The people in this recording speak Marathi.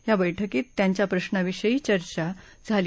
या बैठकीत त्यांच्या प्रशांविषयी चर्चा झाली